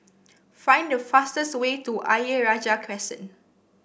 find the fastest way to Ayer Rajah Crescent